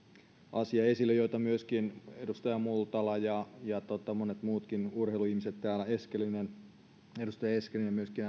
ottivat esille myöskin edustaja multala ja ja monet muutkin urheiluihmiset täällä edustaja eskelinen myöskin